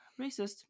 racist